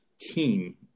team